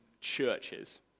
churches